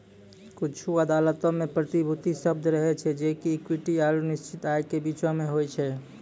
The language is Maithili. कुछु अदालतो मे प्रतिभूति शब्द रहै छै जे कि इक्विटी आरु निश्चित आय के बीचो मे होय छै